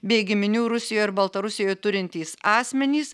bei giminių rusijoj ir baltarusijoj turintys asmenys